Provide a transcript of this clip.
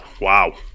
Wow